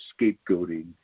scapegoating